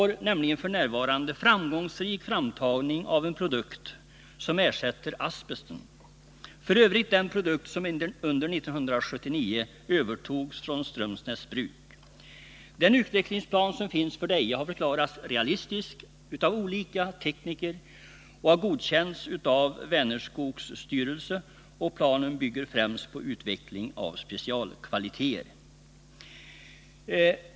I Deje pågår f. n. en framgångsrik framtagning av en produkt som ersätter asbesten, f. ö. den produkt som under 1979 övertogs från Strömsnäs Bruk. Den utvecklingsplan som finns för Deje har av olika tekniker förklarats realistisk, och den har godkänts av Vänerskogs styrelse. Planen bygger främst på utveckling av specialkvaliteter.